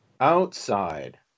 Outside